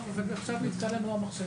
נתקע לו המחשב?